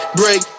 break